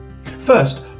First